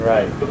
Right